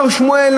הר-שמואל,